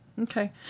Okay